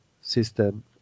system